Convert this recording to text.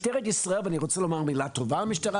ואני רוצה לומר מילה טובה על משטרת ישראל,